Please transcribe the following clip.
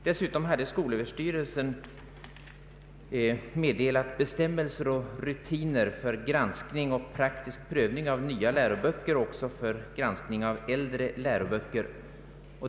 Dessutom hade skolöverstyrelsen meddelat bestämmelser och rutiner för granskning och praktisk prövning av nya läroböcker och även för granskning av äldre läroböcker.